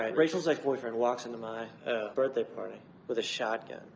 and rachel's ex-boyfriend walks into my birthday party with a shotgun.